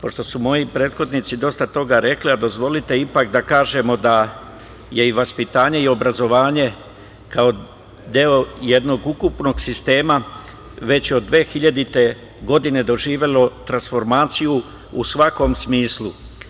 Pošto su moji prethodnici dosta toga rekli, dozvolite ipak da kažem da je i vaspitanje i obrazovanje kao deo jednog ukupnog sistema već od 2000. godine doživelo transformaciju u svakom smislu.